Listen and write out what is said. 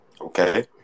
Okay